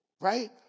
right